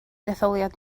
detholiad